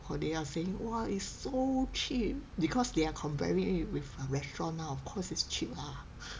oh they are saying !wah! it's so cheap because they are comparing it with restaurant lah of course it's cheap lah